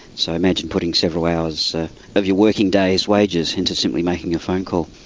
so imagine putting several hours of your working day's wages into simply making a phone call.